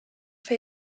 for